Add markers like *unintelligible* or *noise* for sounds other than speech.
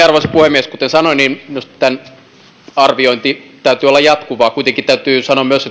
*unintelligible* arvoisa puhemies kuten sanoin minusta tämän arvioinnin täytyy olla jatkuvaa kuitenkin täytyy sanoa myös *unintelligible*